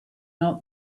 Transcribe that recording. not